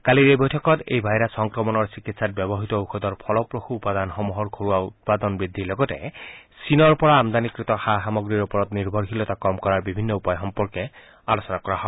কালিৰ এই বৈঠকত এই ভাইৰাছ সংক্ৰমণৰ চিকিৎসাত ব্যৱহাত ঔষধৰ ফলপ্ৰসূ উপাদানসমূহৰ ঘৰুৱা উৎপাদন বৃদ্ধিৰ লগতে চীনৰ পৰা আমদানিকৃত সা সামগ্ৰীৰ ওপৰত নিৰ্ভৰশীলতা কম কৰাৰ বিভিন্ন উপায় সম্পৰ্কে আলোচনা কৰা হয়